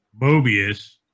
Mobius